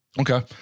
Okay